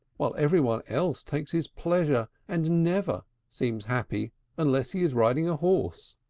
while every one else takes his pleasure, and never seems happy unless he is riding a horse?